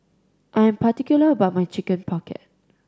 I am particular about my Chicken Pocket